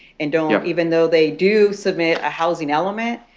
and don't yeah even though they do submit a housing element,